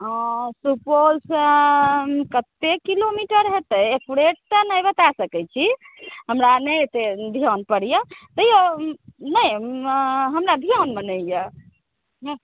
हँ सुपौलसँ कते किलोमीटर हेतै एक्यूरेट तऽ नहि बता सकै छी हमरा नहि एते धियानपर अइ तैयो नहि हमरा धियानमे नहि अइ हँ